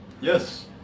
Yes